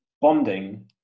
bonding